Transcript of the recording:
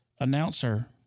announcer